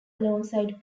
alongside